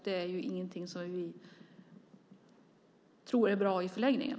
Det är inget som vi tror är bra i förlängningen.